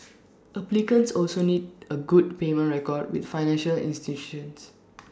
applicants also need A good payment record with financial institutions